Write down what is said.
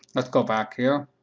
let's go back here.